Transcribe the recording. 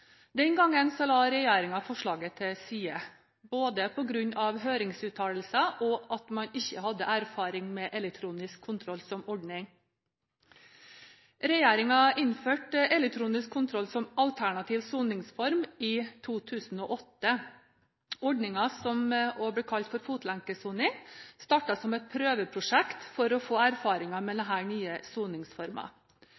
Den gangen la regjeringen forslaget til side, både på grunn av høringsuttalelser og at man ikke hadde erfaring med elektronisk kontroll som ordning. Regjeringen innførte elektronisk kontroll som alternativ soningsform i 2008. Ordningen, som også blir kalt fotlenkesoning, startet som et prøveprosjekt for å få erfaringer med